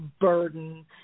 burden